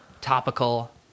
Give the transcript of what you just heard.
topical